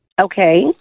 Okay